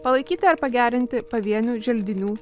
palaikyti ar pagerinti pavienių želdinių